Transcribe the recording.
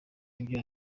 ibyo